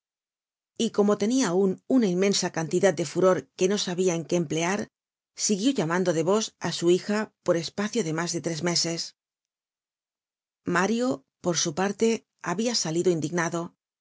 y como tenia aun una inmensa cantidad de furor que no sabia en qué emplear siguió llamando de vos á su hija por espacio de mas de tres meses mario por su parte habia salido indignado